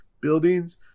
buildings